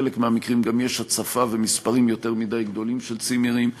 בחלק מהמקרים גם יש הצפה ומספרים יותר מדי גדולים של צימרים.